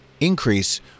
increase